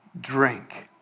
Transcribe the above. drink